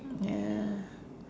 ya